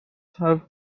had